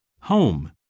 Home